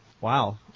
Wow